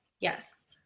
Yes